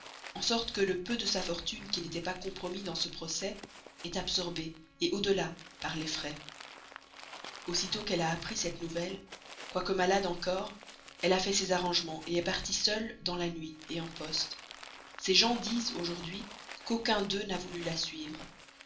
en sorte que le peu de sa fortune qui n'était pas compromis dans ce procès est absorbé au delà par les frais aussitôt qu'elle a appris cette nouvelle quoique malade encore elle a pris ses arrangements est partie seule dans la nuit en poste ses gens disent aujourd'hui qu'aucun d'eux n'a voulu la suivre